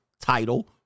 title